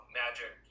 magic